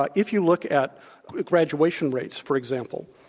but if you look at graduation rates, for example,